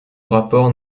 rapport